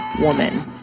woman